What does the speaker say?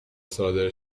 صادر